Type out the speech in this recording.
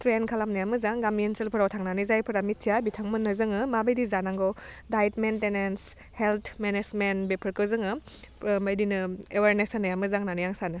train खालामनाया मोजां गामि ओनसोलफोराव थांनानै जायफोरा मिथिया बिथांमोननो जोङो माबायदि जानांगौ डाइट मेनटेनेन्स हेल्ट मेनेजमेन्ट बेफोरखो जोङो ओह बेदिनो एवारनेस होनाया मोजां होननानै आं सानो